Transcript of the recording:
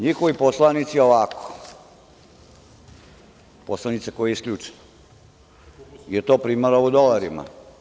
NJihovi poslanici, poslanica koja je isključena, je to primala u dolarima.